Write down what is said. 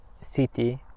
city